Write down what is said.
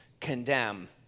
condemn